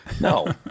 No